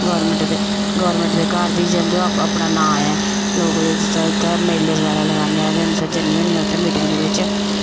government दे government दे घर बी समझो अपना नांऽ ऐ लोग जि'त्थें मेले बगैरा लगाने ते जन्नी होनी आं उत्थें मीटिंग दे बिच